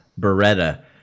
Beretta